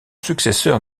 successeur